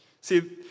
See